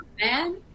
man